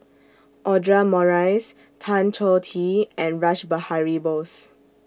Audra Morrice Tan Choh Tee and Rash Behari Bose